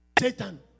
Satan